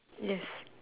yes